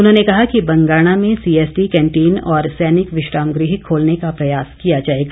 उन्होंने कहा कि बंगाणा में सीएसडी कैंटीन और सैनिक विश्राम गृह खोलने का प्रयास किया जाएगा